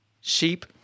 Sheep